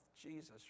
Jesus